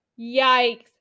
Yikes